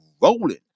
rolling